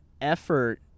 effort